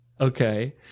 Okay